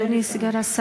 אדוני סגן השר,